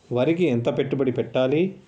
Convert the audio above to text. వరికి ఎంత పెట్టుబడి పెట్టాలి?